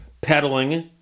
peddling